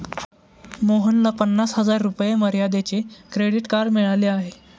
मोहनला पन्नास हजार रुपये मर्यादेचे क्रेडिट कार्ड मिळाले आहे